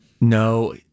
No